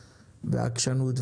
והעקשנות,